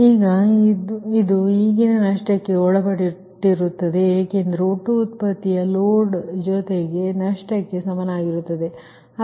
ಈಗ ಇದು ಈಗಿನ ನಷ್ಟಕ್ಕೆ ಒಳಪಟ್ಟಿರುತ್ತದೆ ಏಕೆಂದರೆ ಒಟ್ಟು ಉತ್ಪತಿಯ ಲೋಡ್ ಜೊತೆಗೆ ನಷ್ಟಕ್ಕೆ ಸಮಾನವಾಗಿರುತ್ತದೆ